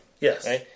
Yes